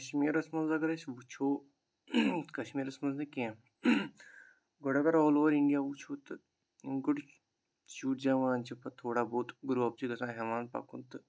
کَشمیٖرَس منٛز اَگَر أسۍ وُچھو کَشمیٖرَس منٛز نہٕ کیٚنٛہہ گۅڈٕ اَگَر آل اُوَر اِنڈیا وُچھو تہٕ گۅڈٕ شُر زٮ۪وان چھُ پَتہٕ تھوڑا بہت گرٛوو اَپ چھُ گَژھان ہٮ۪وان پَکُن تہٕ